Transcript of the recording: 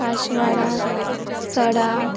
Kashwada Sada